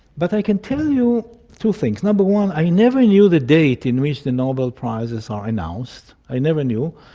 but i can tell you two things. number one, i never knew the date in which the nobel prizes are announced, i never knew,